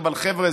אבל חבר'ה,